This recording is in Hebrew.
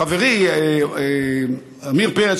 חברי עמיר פרץ,